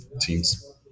teams